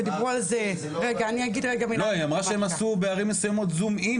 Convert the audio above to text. ודיברו על זה --- היא אמרה שהם עשו בערים מסוימות זום אִין,